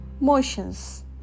motions